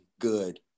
good